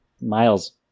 Miles